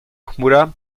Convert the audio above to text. chmura